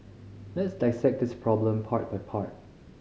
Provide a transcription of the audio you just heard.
let's dissect this problem part by part